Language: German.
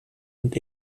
und